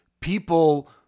people